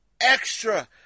extra